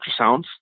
ultrasounds